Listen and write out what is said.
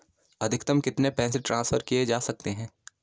अधिकतम कितने पैसे ट्रांसफर किये जा सकते हैं?